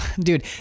dude